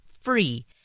free